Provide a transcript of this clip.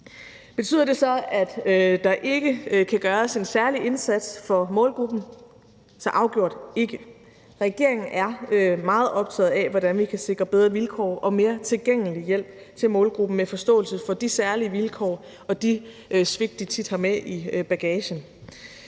Betyder det så, at der ikke kan gøres en særlig indsats for målgruppen? Så afgjort ikke. Regeringen er meget optaget af, hvordan vi kan sikre bedre vilkår og en mere tilgængelig hjælp til målgruppen, med en forståelse for de særlige vilkår og de svigt, de tit har med i bagagen.